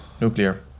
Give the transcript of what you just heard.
nuclear